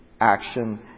action